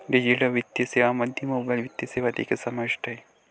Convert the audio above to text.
digital वित्तीय सेवांमध्ये mobile वित्तीय सेवा देखील समाविष्ट आहेत